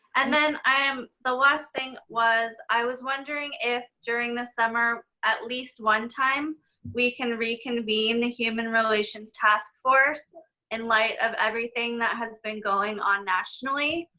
and then um the last thing was i was wondering if during the summer at least one time we can reconvene the human relations task force in light of everything that has been going on nationally.